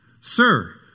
Sir